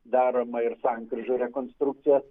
daroma ir sankryžų rekonstrukcija